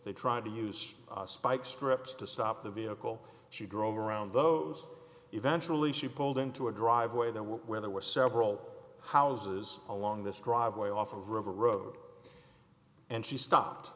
they tried to use spike strips to stop the vehicle she drove around those eventually she pulled into a driveway there where there were several houses along this driveway off of river road and she stopped